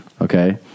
Okay